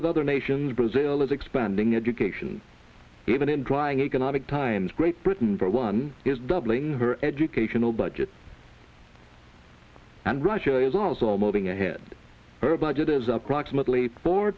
with other nations brazil is expanding education even in trying economic times great britain for one is doubling her educational budget and russia is also moving ahead her budget is approximately four